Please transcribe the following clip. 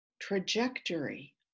trajectory